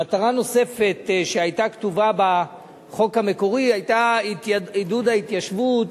המטרה הנוספת שהיתה כתובה בחוק המקורי היתה עידוד ההתיישבות,